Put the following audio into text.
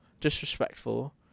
disrespectful